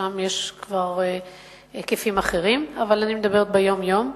ששם יש כבר היקפים אחרים, אבל אני מדברת ביום-יום,